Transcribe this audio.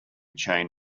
chain